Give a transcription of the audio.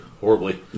horribly